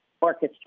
orchestra